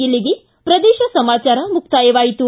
ಇಲ್ಲಿಗೆ ಪ್ರದೇಶ ಸಮಾಚಾರ ಮುಕ್ತಾಯವಾಯಿತು